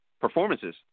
performances